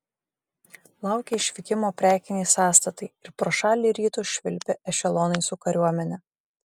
laukė išvykimo prekiniai sąstatai ir pro šalį į rytus švilpė ešelonai su kariuomene